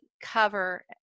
cover